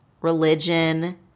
religion